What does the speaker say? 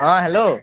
অ hello